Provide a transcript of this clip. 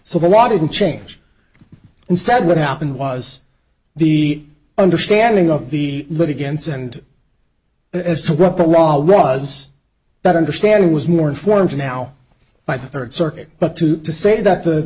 law didn't change instead what happened was the understanding of the lid against and as to what the law was better understanding was more informed now by the third circuit but two to say that the